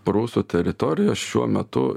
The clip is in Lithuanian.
prūsų teritorijos šiuo metu